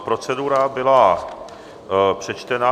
Procedura byla přečtena.